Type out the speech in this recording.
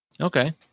okay